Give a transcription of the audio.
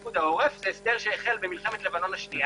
פיקוד העורף זה הסדר שהחל במלחמת לבנון השנייה